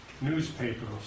newspapers